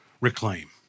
reclaim